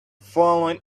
fallen